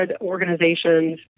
organizations